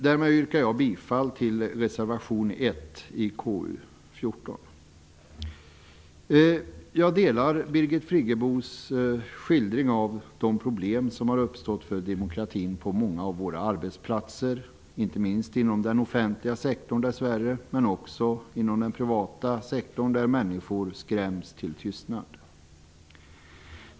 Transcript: Därmed yrkar jag bifall till reservation 1 till betänkandet KU14. Jag delar Birgit Friggebos skildring av de problem som har uppstått för demokratin på många av våra arbetsplatser, inte minst inom den offentliga sektorn, dess värre, men också inom den privata sektorn. Människor skräms till tystnad.